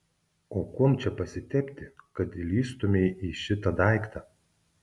o kuom čia pasitepti kad įlįstumei į šitą daiktą